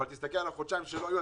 אבל תסתכל על החודשיים שלא היו,